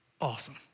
awesome